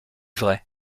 vrai